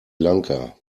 lanka